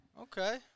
Okay